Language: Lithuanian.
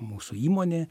mūsų įmonė